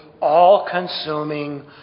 all-consuming